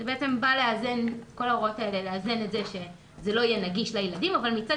זה בעצם בא להבטיח שזה לא יהיה נגיש לילדים אבל מצד